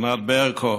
ענת ברקו,